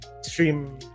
stream